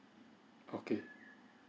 okay